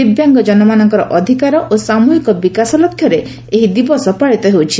ଦିବ୍ୟାଙ୍ଗ ଜନମାନଙ୍କର ଅଧିକାର ଓ ସାମୁହିକ ବିକାଶ ଲକ୍ଷ୍ୟରେ ଏହି ଦିବସ ପାଳିତ ହେଉଛି